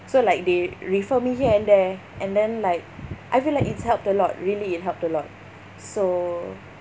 so like they refer me here and there and then like I feel like it's helped a lot really it helped a lot so